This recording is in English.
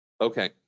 okay